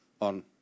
on